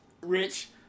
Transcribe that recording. rich